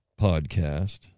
podcast